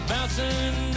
Bouncing